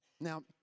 Now